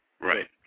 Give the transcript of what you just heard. Right